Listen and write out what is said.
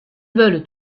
veulent